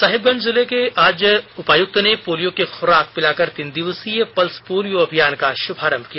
साहिबगंज जिले में आज उपायुक्त ने पोलियो की खुराक पिलाकर तीन दिवसीय पल्स पोलियो अभियान का शुभारंभ किया